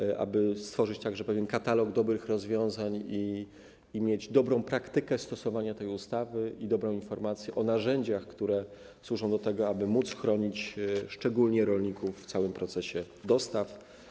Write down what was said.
Chodzi o to, aby stworzyć także pewien katalog dobrych rozwiązań i mieć dobrą praktykę w zakresie stosowania tej ustawy i dobre informacje o narzędziach, które służą do tego, aby móc chronić szczególnie rolników w całym procesie dostaw.